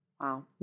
Wow